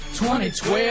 2012